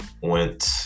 went